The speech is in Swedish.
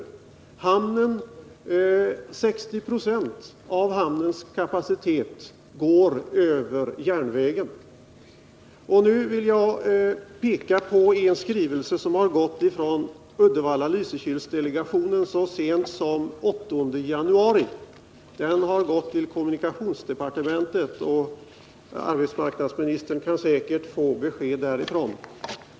Det gäller också 60 96 av de transporter som går över hamnen. Jag vill peka på en skrivelse som gått från Uddevalla-Lysekil-delegationen så sent som den 8 januari. Den har gått till kommunikationsdepartementet, och arbetsmarknadsministern kan säkert få besked därifrån.